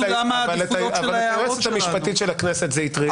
התשובה היא מאוד פשוטה.